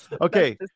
okay